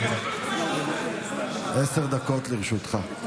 עשר דקות לרשותך.